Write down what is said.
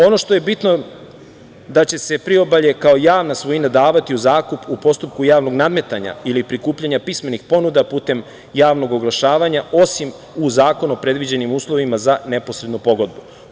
Ono što je bitno da će se priobalje kao javna svojina davati u zakup u postupku javnog nadmetanja ili prikupljanja pismenih ponuda putem javnog oglašavanja, osim u zakonu predviđenog uslovima za neposrednu pogodbu.